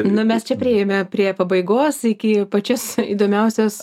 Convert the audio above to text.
nu mes čia priėjome prie pabaigos iki pačios įdomiausios